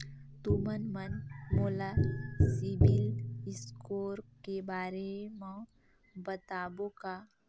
तुमन मन मोला सीबिल स्कोर के बारे म बताबो का?